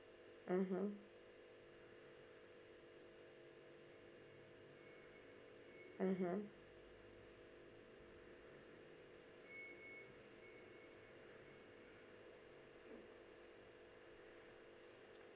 mmhmm mmhmm